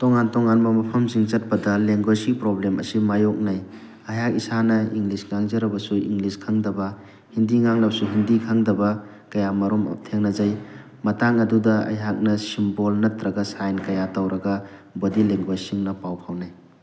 ꯇꯣꯉꯥꯟ ꯇꯣꯉꯥꯟꯕ ꯃꯐꯝꯁꯤꯡ ꯆꯠꯄꯗ ꯂꯦꯡꯒ꯭ꯋꯦꯖꯀꯤ ꯄ꯭ꯔꯣꯕ꯭ꯂꯦꯝ ꯑꯁꯤ ꯌꯥꯏꯌꯣꯛꯅꯩ ꯑꯩꯍꯥꯛ ꯏꯁꯥꯅ ꯏꯪꯂꯤꯁ ꯉꯥꯡꯖꯔꯕꯁꯨ ꯏꯪꯂꯤꯁ ꯈꯪꯗꯕ ꯍꯤꯟꯗꯤ ꯉꯥꯡꯂꯕꯁꯨ ꯍꯤꯟꯗꯤ ꯈꯪꯗꯕ ꯀꯌꯥ ꯃꯔꯨꯝ ꯊꯦꯡꯅꯖꯩ ꯃꯇꯥꯡ ꯑꯗꯨꯗ ꯑꯩꯍꯥꯛꯅ ꯁꯤꯝꯕꯣꯜ ꯅꯠꯇ꯭ꯔꯒ ꯁꯥꯏꯟ ꯀꯌꯥ ꯇꯧꯔꯒ ꯕꯣꯗꯤ ꯂꯦꯡꯒ꯭ꯋꯦꯖꯁꯤꯡꯅ ꯄꯥꯎ ꯐꯥꯎꯅꯩ